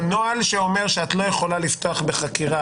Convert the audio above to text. הנוהל שאומר שאת לא יכולה לפתוח חקירה